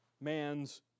man's